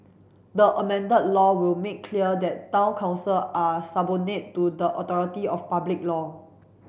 the amended law will make clear that Town Council are to the authority of public law